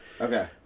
Okay